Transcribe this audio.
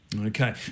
Okay